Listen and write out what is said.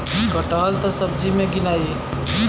कटहल त सब्जी मे गिनाई